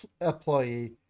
employee